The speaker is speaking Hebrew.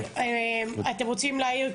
אתם רוצים להעיר?